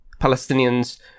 Palestinians